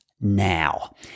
now